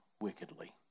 wickedly